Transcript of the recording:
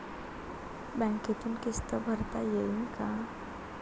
बँकेतून किस्त भरता येईन का?